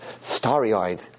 starry-eyed